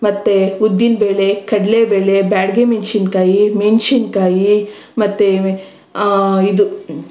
ಮತ್ತು ಉದ್ದಿನಬೇಳೆ ಕಡಲೆಬೇಳೆ ಬ್ಯಾಡಗಿ ಮೆಣ್ಸಿನ್ಕಾಯಿ ಮೆಣ್ಸಿನ್ಕಾಯಿ ಮತ್ತು ಇದು